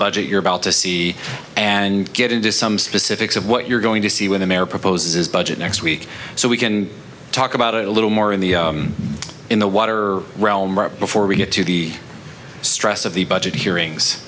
budget you're about to see and get into some specifics of what you're going to see when the mayor proposes his budget next week so we can talk about it a little more in the in the water realm before we get to the stress of the budget hearings